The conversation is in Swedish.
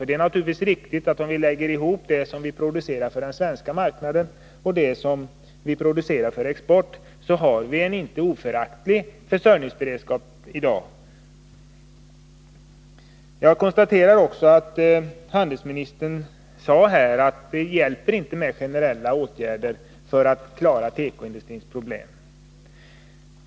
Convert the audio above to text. Det är naturligtvis riktigt att vi — om vi lägger ihop det som vi producerar för den svenska marknaden och det som vi producerar för export — har en inte föraktlig försörjningsberedskap i dag. Jag konstaterar också att handelsministern här sade att det inte hjälper med generella åtgärder för att klara tekoindustrins problem.